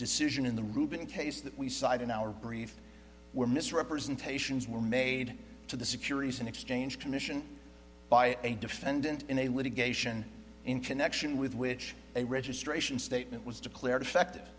decision in the rubin case that we cite in our brief were misrepresentations were made to the securities and exchange commission by a defendant in a litigation in connection with which a registration statement was declared effective